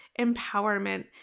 empowerment